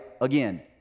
again